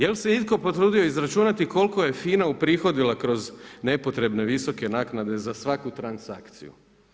Jel' se itko potrudio izračunati koliko je FINA uprihodila kroz nepotrebne visoke naknade za svaku transakciju?